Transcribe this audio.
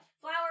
Flower